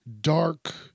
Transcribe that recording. dark